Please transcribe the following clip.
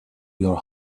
your